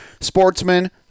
Sportsman